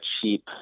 cheap